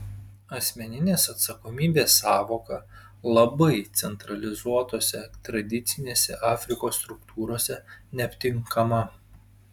asmeninės atsakomybės sąvoka labai centralizuotose tradicinėse afrikos struktūrose neaptinkama